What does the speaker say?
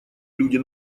люди